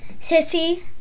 Sissy